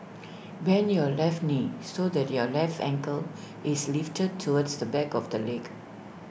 bend your left knee so that your left ankle is lifted towards the back of the leg